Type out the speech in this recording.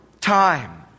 time